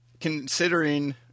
considering